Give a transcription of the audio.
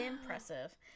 Impressive